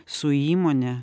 su įmone